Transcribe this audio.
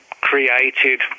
created